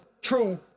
true